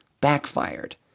backfired